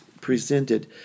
presented